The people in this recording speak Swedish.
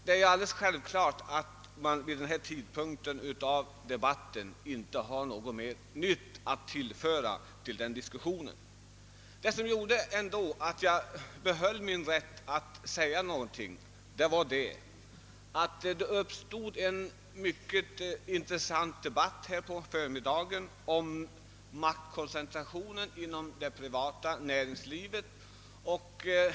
Det är emellertid självklart att man vid denna tidpunkt inte kan tillföra debatten någonting nytt. Vad som ändå gjorde att jag behöll min rätt att säga någonting var det mycket intressanta replikskifte som ägde rum på förmiddagen om maktkoncentrationen inom det privata näringslivet.